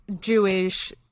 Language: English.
Jewish